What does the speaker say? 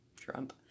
Trump